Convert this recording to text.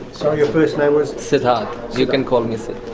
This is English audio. sorry, your first name was? siddhartha. you can call me sid.